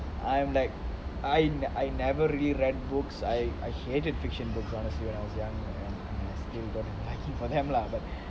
I am like I am I never really read books I I hated fiction books honestly when I was young and I still don't have a liking for them lah but